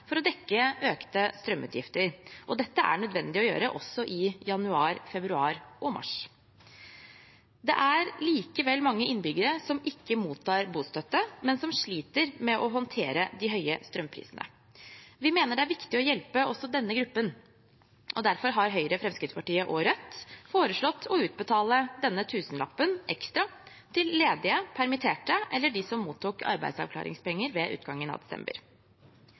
for å dekke økte strømutgifter. Dette er det nødvendig å gjøre også i januar, februar og mars. Det er likevel mange innbyggere som ikke mottar bostøtte, men som sliter med å håndtere de høye strømprisene. Vi mener det er viktig å hjelpe også denne gruppen. Derfor har Høyre, Fremskrittspartiet og Rødt foreslått å utbetale denne tusenlappen ekstra til ledige, permitterte eller dem som mottok arbeidsavklaringspenger ved utgangen av desember.